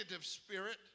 spirit